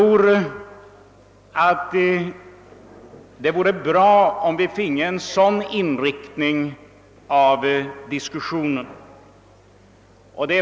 Det vore bra om samhällsdebatten finge en sådan inriktning.